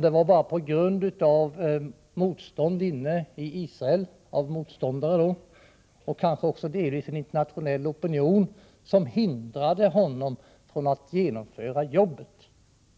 Det var bara motståndet inne i Israel — från motståndare och kanske också delvis den internationella opinionen — som hindrade honom från att genomföra jobbet,